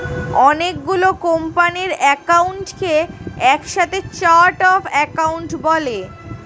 অনেক গুলো কোম্পানির অ্যাকাউন্টকে একসাথে চার্ট অফ অ্যাকাউন্ট বলে